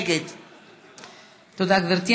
נגד תודה, גברתי.